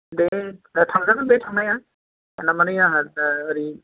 दे दे थांजागोन दे थांनाया माने आंहा ओरै